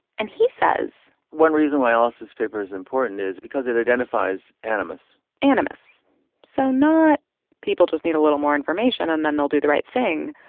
and he says. one reason why alice's paper is important is because it identifies animus animus so not people just need a little more information and then they'll do the right thing,